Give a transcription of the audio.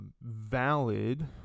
valid